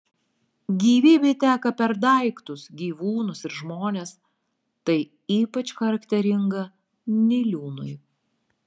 gyvybė teka per daiktus gyvūnus ir žmones tai ypač charakteringa niliūnui